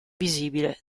visibile